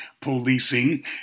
policing